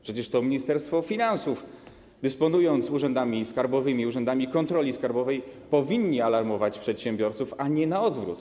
Przecież to Ministerstwo Finansów, dysponując urzędami skarbowymi i urzędami kontroli skarbowej, powinno alarmować przedsiębiorców, a nie na odwrót.